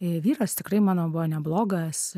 vyras tikrai mano buvo neblogas